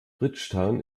bridgetown